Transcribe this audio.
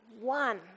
one